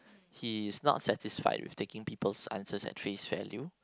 he is not satisfied with taking people's answers at face value